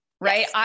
Right